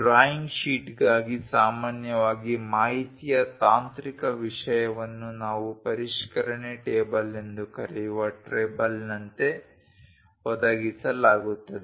drawing ಶೀಟ್ಗಾಗಿ ಸಾಮಾನ್ಯವಾಗಿ ಮಾಹಿತಿಯ ತಾಂತ್ರಿಕ ವಿಷಯವನ್ನು ನಾವು ಪರಿಷ್ಕರಣೆ ಟೇಬಲ್ ಎಂದು ಕರೆಯುವ ಟೇಬಲ್ನಂತೆ ಒದಗಿಸಲಾಗುತ್ತದೆ